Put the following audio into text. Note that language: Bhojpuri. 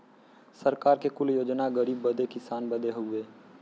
सरकार के कुल योजना गरीब बदे किसान बदे हउवे